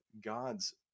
god's